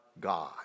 God